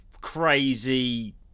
crazy